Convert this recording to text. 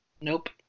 nope